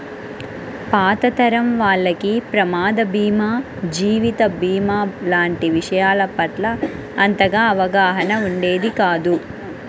పాత తరం వాళ్లకి ప్రమాద భీమా, జీవిత భీమా లాంటి విషయాల పట్ల అంతగా అవగాహన ఉండేది కాదు